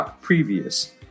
previous